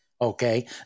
okay